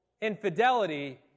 infidelity